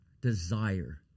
desire